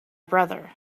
brother